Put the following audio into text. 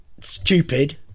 stupid